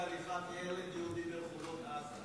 ילד יהודי בחוצות עזה.